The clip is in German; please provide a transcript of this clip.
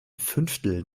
fünftel